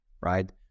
right